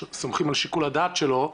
סומכים על שיקול הדעת שלו,